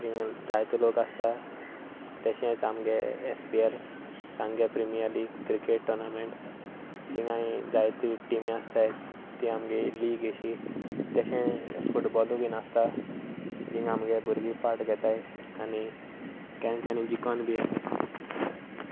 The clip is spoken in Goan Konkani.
थंय जायते लोक आसता त शेंच आमचें एस पी एल सांगें प्रिमियर लीग क्रिकेट टुर्नामेंट थंयूय जायतीं टिमी आसतात ती आमची लीग अशी तशें फुटबॉलूय बीन आसता थंय आमचे भुरगे पार्ट घेतात आनी केन्ना केन्ना जिखून बी येतात